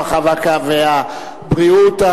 הרווחה והבריאות.